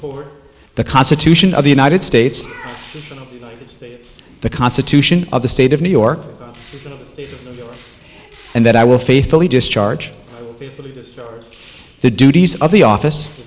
support the constitution of the united states the constitution of the state of new york and that i will faithfully discharge the duties of the office